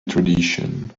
tradition